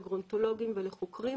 לגרונטולוגים ולחוקרים